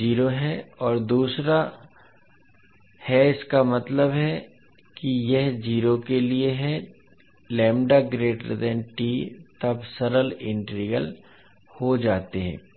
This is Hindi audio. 0 है और दूसरा कारण है इसका मतलब है कि यह 0 के लिए है तब सरल इंटीग्रल हो जाते हैं